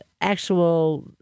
actual